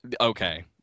okay